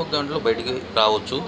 ఒక గంటలో బయటికి రావచ్చు